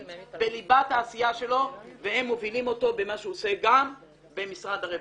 בליבת העשייה שלו והם מובילים אותו במה שהוא עושה גם במשרד הרווחה.